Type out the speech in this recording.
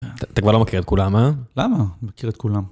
אתה כבר לא מכיר את כולם, הא? למה מכיר את כולם.